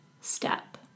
step